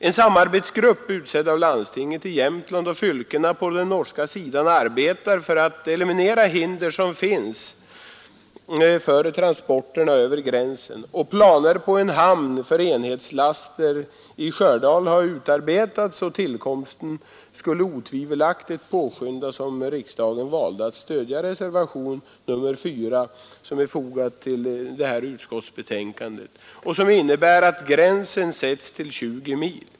En samarbetsgrupp utsedd av landstinget i Jämtland och fylkena på den norska sidan arbetar för att eliminera hinder som finns för transporterna över gränsen, och planer på en hamn för enhetslaster i Stjördal har utarbetats. Tillkomsten härav skulle otvivelaktigt påskyndas om riksdagen valde att stödja reservationen 4, där det yrkas att gränsen sätts till 20 mil.